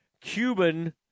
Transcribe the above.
Cuban